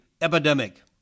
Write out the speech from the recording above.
epidemic